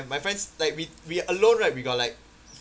my friends like we we alone right we got like